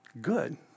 good